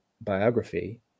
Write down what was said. biography